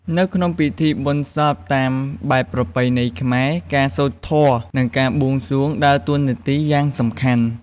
នៅក្នុងពិធីបុណ្យសពតាមបែបប្រពៃណីខ្មែរ ការសូត្រធម៌ និងការបួងសួងដើរតួនាទីយ៉ាងសំខាន់។